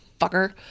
Fucker